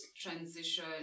transition